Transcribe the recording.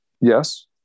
Yes